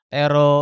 Pero